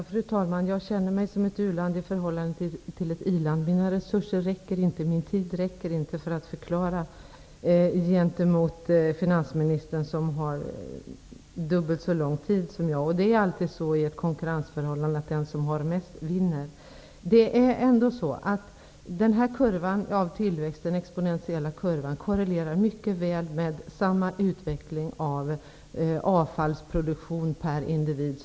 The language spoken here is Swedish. Fru talman! Jag känner mig som ett u-land i förhållande till ett i-land. Mina resurser räcker inte, och min tid räcker inte gentemot finansministern, som har dubbelt så lång tid på sig som jag. Det är alltid så i ett konkurrensförhållande att den som har mest vinner. Den exponentiella tillväxtkurvan korrelerar mycket väl med utvecklingen av avfallsproduktion per individ.